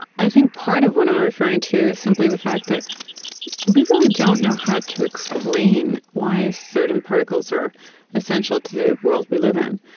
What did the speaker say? i think part of what i'm referring to is simply the fact that we really don't know how to explain why certain particles are essential to the world we live in.